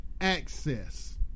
access